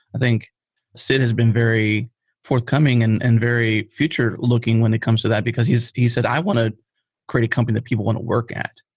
i think sid has been very forthcoming and and very future looking when it comes to that because he said, i want to create a company that people want to work at.